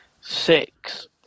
Six